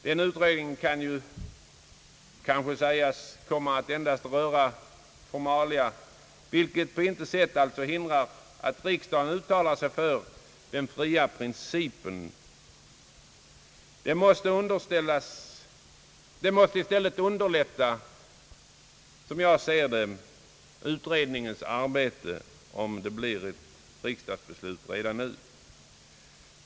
Den utredningen kommer väl endast att röra formalia, vilket på intet sätt hindrar att riksdagen uttalar sig för den fria principen. Det måste i stället, som jag ser det, underlätta utredningens arbete om det blir ett riksdagsbeslut redan nu.